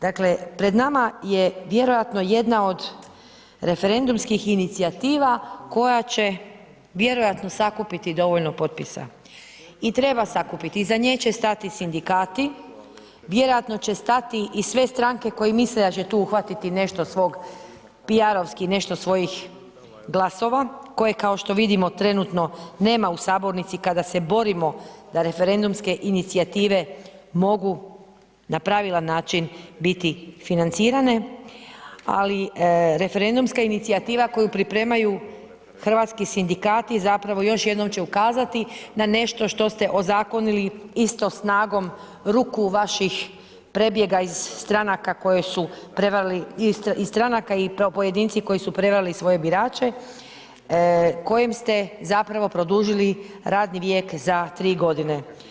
Dakle, pred nama je vjerojatno jedna od referendumskih inicijativa koja će vjerojatno sakupiti dovoljno potpisa i treba sakupiti, iza nje će stati sindikati, vjerojatno će stati i sve stranke koje misle da će tu uhvatiti nešto svog PR-ovski nešto svojih glasova koje kao što vidimo trenutno nema u sabornici kada se borimo da referendumske inicijative na pravilan način biti financirane, ali referendumska inicijativa koju pripremaju hrvatski sindikati zapravo još jednom će ukazati na nešto što ste ozakonili isto snagom ruku vaših prebjega iz stranaka koje su prevarili, iz stranaka i pojedinci koji su prevarili svoje birače, kojim ste zapravo produžili radni vijek za 3 godine.